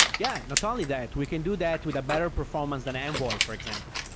yeah. not only that. we can do that with a better performance than envoy, for example.